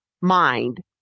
mind